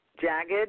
jagged